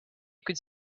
could